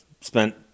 spent